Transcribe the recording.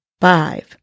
five